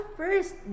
first